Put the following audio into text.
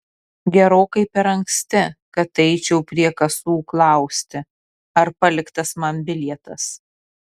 gerokai per anksti kad eičiau prie kasų klausti ar paliktas man bilietas